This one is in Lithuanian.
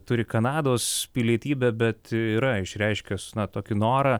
turi kanados pilietybę bet yra išreiškęs tokį norą